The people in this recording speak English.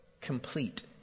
Complete